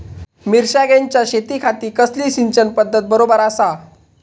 मिर्षागेंच्या शेतीखाती कसली सिंचन पध्दत बरोबर आसा?